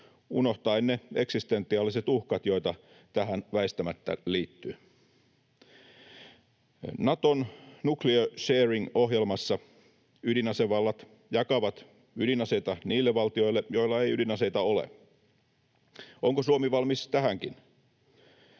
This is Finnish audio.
unohtaen ne eksistentiaaliset uhkat, joita tähän väistämättä liittyy. Naton nuclear sharing -ohjelmassa ydinasevallat jakavat ydinaseita niille valtioille, joilla ei ydinaseita ole. Onko Suomi valmis tähänkin?